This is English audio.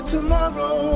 Tomorrow